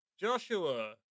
Joshua